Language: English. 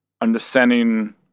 understanding